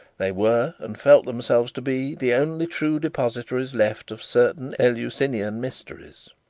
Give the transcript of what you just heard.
they were, and felt themselves to be, the only true depositories left of certain eleusinian mysteries,